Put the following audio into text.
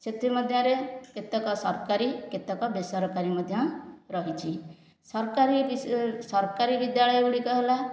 ସେଥିମଧ୍ୟରେ କେତେକ ସରକାରୀ କେତେକ ବେସରକାରୀ ମଧ୍ୟ ରହିଛି ସରକାରୀ ସରକାରୀ ବିଦ୍ୟାଳୟ ଗୁଡ଼ିକ ହେଲା